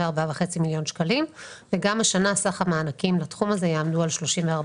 אני הייתי ראש עיר ב-2001 ואני מתאר לעצמי שזה היה עוד לפני כן.